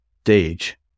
stage